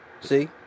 See